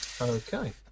Okay